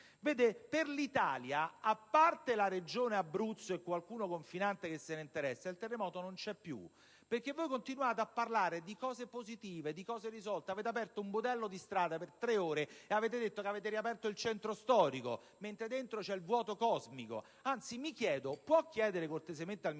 fanno. Per l'Italia, a parte la Regione Abruzzo e qualche soggetto che se ne interessa, il terremoto non c'è più, perché voi continuate a parlare di cose positive e risolte. Avete aperto un budello di strada per tre ore e avete detto di aver riaperto il centro storico, mentre dentro c'è il vuoto cosmico. Anzi, può chiedere cortesemente al ministro